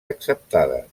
acceptades